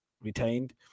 retained